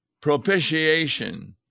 Propitiation